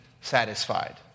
satisfied